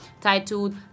titled